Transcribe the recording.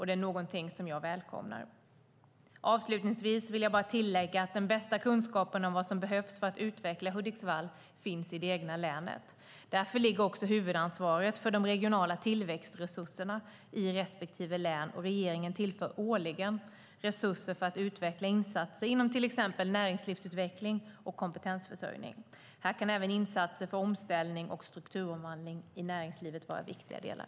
Det är något jag välkomnar. Avslutningsvis vill jag bara tillägga att den bästa kunskapen om vad som behövs för att utveckla Hudiksvall finns i det egna länet. Därför ligger också huvudansvaret för de regionala tillväxtresurserna i respektive län, och regeringen tillför årligen resurser för att utveckla insatser inom till exempel näringslivsutveckling och kompetensförsörjning. Här kan även insatser för omställning och strukturomvandling i näringslivet vara viktiga delar.